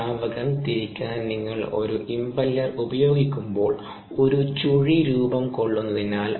ദ്രാവകം തിരിക്കാൻ നിങ്ങൾ ഒരു ഇംപെല്ലർ ഉപയോഗിക്കുമ്പോൾ ഒരു ചുഴി രൂപം കൊള്ളുന്നതിനാൽ